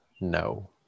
No